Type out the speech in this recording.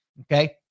okay